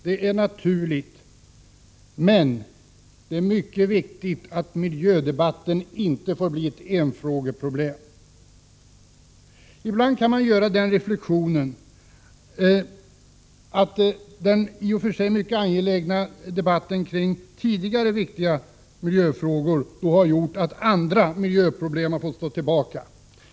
Det är naturligt, men det är mycket viktigt att miljödebatten inte blir ett enfrågeproblem. Ibland kan man göra den reflexionen att den i och för sig mycket angelägna debatten om tidigare viktiga miljöfrågor har gjort att andra miljöproblem har fått stå tillbaka.